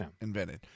invented